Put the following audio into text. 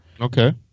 Okay